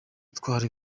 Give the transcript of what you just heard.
utwara